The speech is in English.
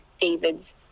David's